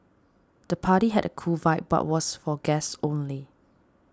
the party had a cool vibe but was for guests only